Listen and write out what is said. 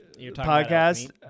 podcast